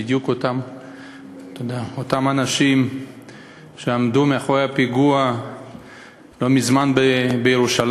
אלה בדיוק אותם אנשים שעמדו מאחורי הפיגוע שהיה לא מזמן בירושלים,